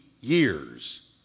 years